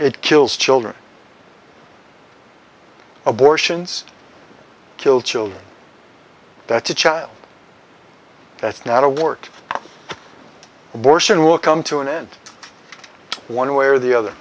it kills children abortions kill children that's a child that's not a work abortion will come to an end one way or the other